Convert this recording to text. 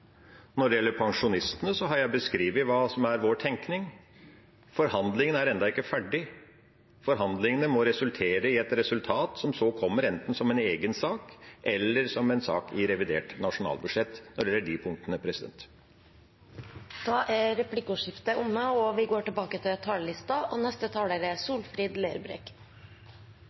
Når det gjelder pensjonistene, har jeg beskrevet hva som er vår tenkning. Forhandlingene er ennå ikke ferdig. Forhandlingene må gi et resultat som så kommer enten som en egen sak, eller som en sak i revidert nasjonalbudsjett når det gjelder de punktene. Replikkordskiftet er omme. Det har vore eit spesielt år i år, med krisetilstander i dei aller fleste bransjar og